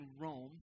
Rome